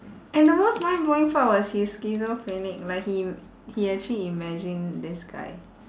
and the most mind blowing part was he's schizophrenic like he he actually imagined this guy